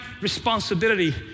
responsibility